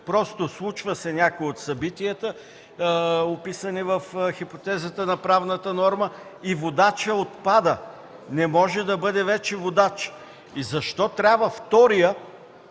Просто, случва се някое от събитията, описани в хипотезата на правната норма и водачът отпада, не може да бъде вече водач. И защо трябва вторият,